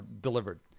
delivered